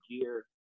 gear